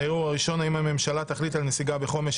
הערעור הראשון: האם הממשלה תחליט על נסיגה בחומש,